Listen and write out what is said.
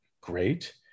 great